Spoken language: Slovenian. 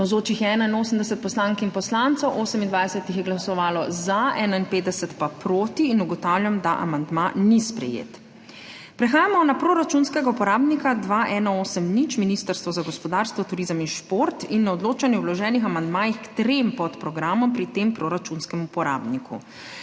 za, 51 pa proti. (Za je glasovalo 28.) (Proti 51.) Ugotavljam, da amandma ni sprejet. Prehajamo na proračunskega uporabnika 2180 Ministrstvo za gospodarstvo, turizem in šport in na odločanje o vloženih amandmajih k trem podprogramom pri tem proračunskem uporabniku.